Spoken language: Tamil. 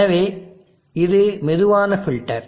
எனவே இது மெதுவான ஃபில்டர்